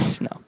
No